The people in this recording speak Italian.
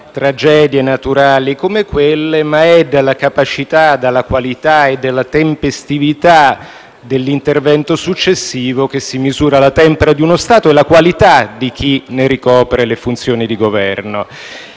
tragedie naturali come quella avvenuta a Rigopiano ma è dalla capacità, dalla qualità e dalla tempestività dell'intervento successivo che si misura la tempra di uno Stato e la qualità di chi ne ricopre le funzioni di Governo.